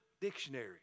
dictionary